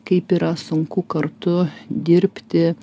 kaip yra sunku kartu dirbti